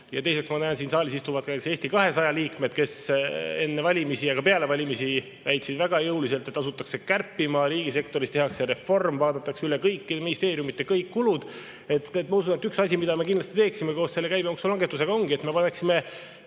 käima. Ma näen, et siin saalis istuvad Eesti 200 liikmed, kes enne valimisi ja ka peale valimisi väitsid väga jõuliselt, et asutakse kärpima, riigisektoris tehakse reform, vaadatakse üle kõikide ministeeriumide kõik kulud. Ma usun, et üks asi, mida me kindlasti teeksime koos käibemaksu langetusega, ongi see, et me võtaksime